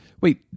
Wait